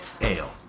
Ale